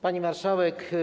Pani Marszałek!